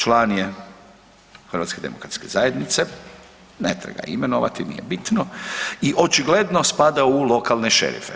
Član je HDZ-a, ne treba ga imenovati, nije bitno i očigledno spada u lokalne šerife.